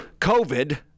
COVID